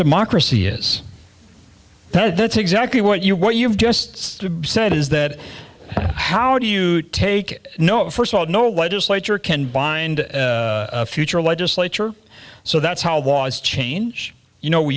democracy is ted that's exactly what you what you've just said is that how do you take it no first of all no legislature can bind a future legislature so that's how it was change you know we